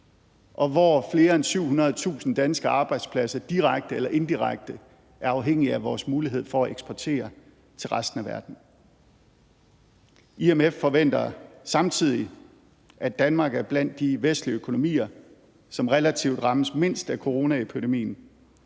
og hvor flere end 700.000 danske arbejdspladser direkte eller indirekte er afhængige af vores mulighed for at eksportere til resten af verden. IMF forventer samtidig, at Danmark er blandt de vestlige økonomier, som relativt rammes mindst af coronaepidemien,